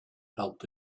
helped